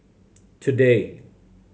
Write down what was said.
today